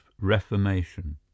reformation